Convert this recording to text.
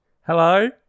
Hello